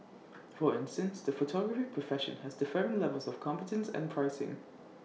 for instance the photography profession has differing levels of competence and pricing